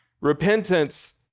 Repentance